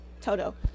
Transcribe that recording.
toto